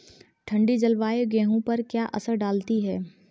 ठंडी जलवायु गेहूँ पर क्या असर डालती है?